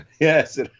yes